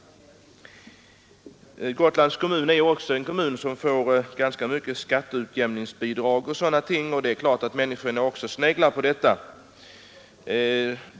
Gotlands kommun får också ganska mycket skatteutjämningsbidrag o. d., något som människor givetvis sneglar på.